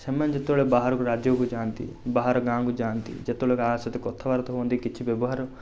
ସେମାନେ ଯେତେବେଳେ ବାହାରକୁ ରାଜ୍ୟକୁ ଯାଆନ୍ତି ବାହାର ଗାଁକୁ ଯାଆନ୍ତି ଯେତେବେଳେ କାହା ସହିତ କଥାବାର୍ତ୍ତା ହୁଅନ୍ତି କିଛି ବ୍ୟବହାର